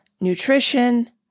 nutrition